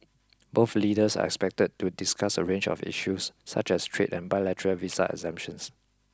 both leaders are expected to discuss a range of issues such as trade and bilateral visa exemptions